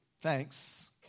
thanks